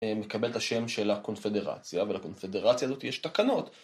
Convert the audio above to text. מקבל את השם של הקונפדרציה, ולקונפדרציה הזאת יש תקנות.